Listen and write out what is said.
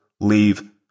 leave